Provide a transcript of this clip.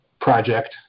project